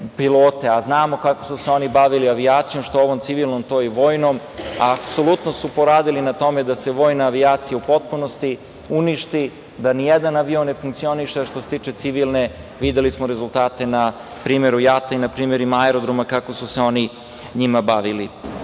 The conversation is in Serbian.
pilote. Znamo kako su se oni bavili avijacijom, što ovom civilnom, to i vojnom. Apsolutno su poradili na tome da se vojna avijacija u potpunosti uništi, da nijedan avion ne funkcioniše. Što se tiče civilne, videli smo rezultate na primeru JAT-a i na primeru aerodroma kako su se oni njima bavili. Ono